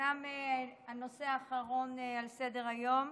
אומנם זה הנושא האחרון על סדר-היום,